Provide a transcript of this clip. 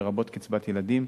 לרבות קצבת ילדים,